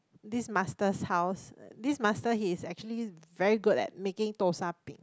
this master's house this master he's actually very good at making Tau Sar Piah